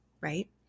right